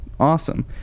awesome